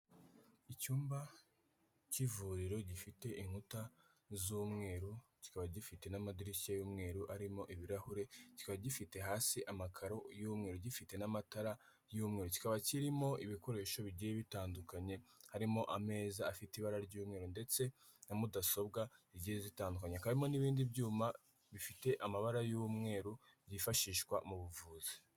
Icyumba cy'ivuriro gifite inkuta z'umweru kikaba gifite n'amadirishya y'umweru arimo ibirahure. Kikaba gifite hasi amakaro y'umweru, gifite n'amatara y'umweru, kikaba kirimo ibikoresho bigiye bitandukanye harimo ameza afite ibara ry'umweru, ndetse na mudasobwa zigiye zitandukanye. Hakaba harimo n'ibindi byuma bifite amabara y'umweru byifashishwa mu buvuzi.